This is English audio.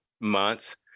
months